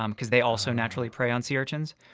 um because they also naturally prey on sea urchins.